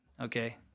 Okay